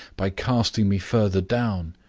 by casting me further down,